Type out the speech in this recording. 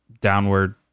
downward